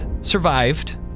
survived